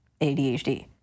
ADHD